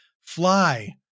fly